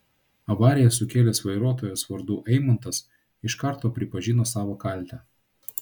avariją sukėlęs vairuotojas vardu eimantas iš karto pripažino savo kaltę